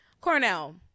cornell